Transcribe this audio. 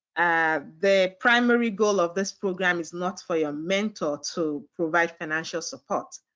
the primary goal of this program is not for your mentor to provide financial support.